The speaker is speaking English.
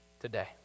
today